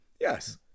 Yes